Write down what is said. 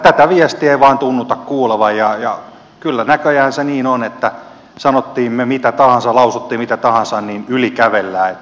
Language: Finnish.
tätä viestiä ei vain tunnuta kuulevan ja kyllä näköjään se niin on että sanoimme me mitä tahansa lausuimme mitä tahansa niin yli kävellään että kolisee